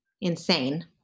insane